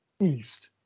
east